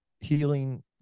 healing